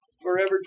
forever